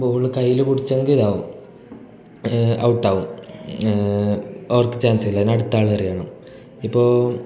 ball കൈയ്യിൽ പിടിച്ചെങ്കിൽ ആകും ഔട്ട് ആകും അവർക്ക് ചാൻസില്ല ഇനി അടുത്ത ആൾ എറിയണം ഇപ്പോൾ